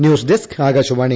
news desk Akashvani